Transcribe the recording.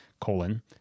colon